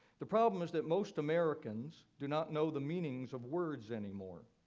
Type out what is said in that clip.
the problem is that most americans do not know the meanings of words anymore.